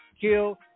Kill